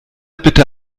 bitte